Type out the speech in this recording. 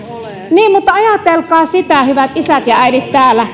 niin mutta ajatelkaa sitä hyvät isät ja äidit täällä